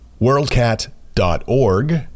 worldcat.org